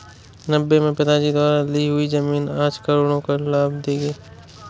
नब्बे में पिताजी द्वारा ली हुई जमीन आज करोड़ों का लाभ देगी